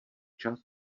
čas